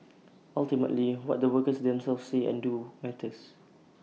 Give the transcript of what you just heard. ultimately what the workers themselves say and do matters